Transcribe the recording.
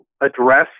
address